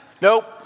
Nope